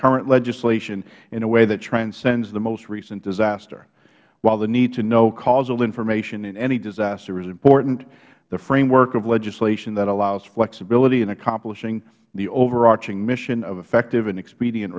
current legislation in a way that transcends the most recent disaster while the need to know causal information in any disaster is important the framework of legislation that allows flexibility in accomplishing the overarching mission of effective and expedient